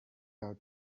out